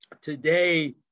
Today